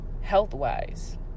health-wise